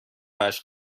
براش